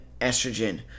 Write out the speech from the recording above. estrogen